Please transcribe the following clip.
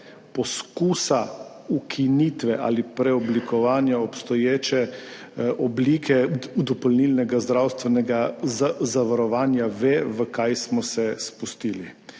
poskusa ukinitve ali preoblikovanja obstoječe oblike dopolnilnega zdravstvenega zavarovanja ve, v kaj smo se spustili.